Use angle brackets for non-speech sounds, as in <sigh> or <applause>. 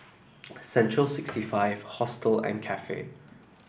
<noise> Central sixty five Hostel and Cafe